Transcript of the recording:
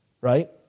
right